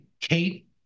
Kate